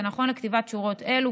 ונכון לכתיבת שורות אלו,